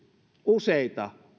useita